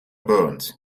burns